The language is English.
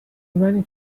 money